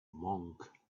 monk